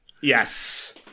Yes